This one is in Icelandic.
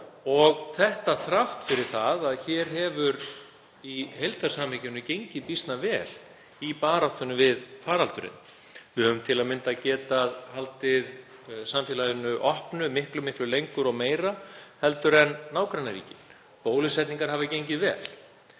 og það þrátt fyrir að hér hafi í heildarsamhenginu gengið býsna vel í baráttunni við faraldurinn. Við höfum til að mynda getað haldið samfélaginu opnu miklu lengur og meira en nágrannaríkin. Bólusetningar hafa gengið vel,